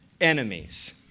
enemies